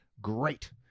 Great